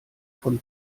von